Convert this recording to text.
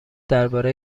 درباره